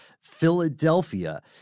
Philadelphia